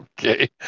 Okay